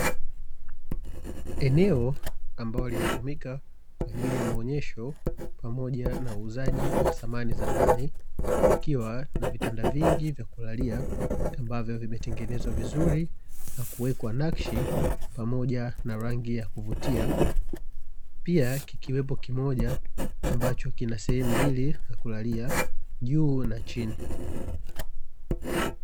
Eneo ambalo linatumika kwa ajili ya maonyesho, pamoja na uuzaji wa samani za ndani, ikiwa na vitanda vingi vya kulalia ambavyo vimetengenezwa vizuri na kuwekwa nakshi pamoja na rangi ya kuvutia. Pia kikiwepo kimoja ambacho kina sehemu mbili za kulalia, juu na chini.